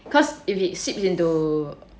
cause if it seeps into